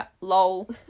lol